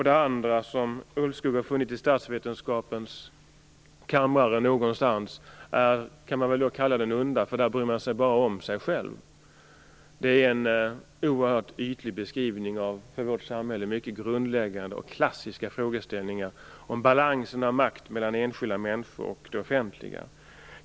Det andra, som Ulvskog har funnit i statsvetenskapens kammare någonstans, är det som skulle kunna kallas det onda, för då bryr man sig bara om sig själv. Det är en oerhört ytlig beskrivning av för vårt samhälle mycket grundläggande och klassiska frågeställningar om balansen av makt mellan enskilda människor och det offentliga.